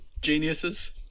geniuses